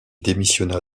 démissionna